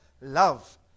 love